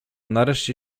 nareszcie